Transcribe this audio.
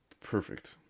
perfect